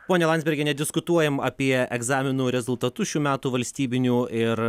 ponia landsbergiene diskutuojam apie egzaminų rezultatus šių metų valstybinių ir